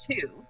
two